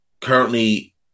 currently